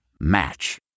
Match